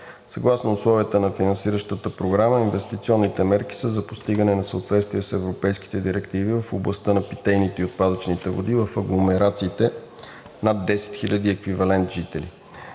Съгласно условията на финансиращата програма инвестиционните мерки са за постигане на съответствие с европейските директиви в областта на питейните и отпадъчните води в агломерациите над 10 хиляди еквивалент жители.